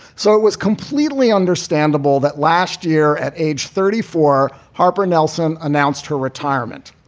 so it was completely understandable that last year, at age thirty four, harper nelson announced her retirement.